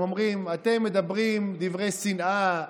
הם אומרים: אתם מדברים דברי שנאה,